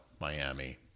Miami